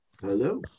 hello